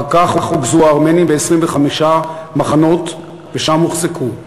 אחר כך רוכזו הארמנים ב-25 מחנות, ושם הוחזקו.